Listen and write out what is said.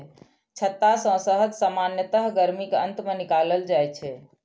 छत्ता सं शहद सामान्यतः गर्मीक अंत मे निकालल जाइ छै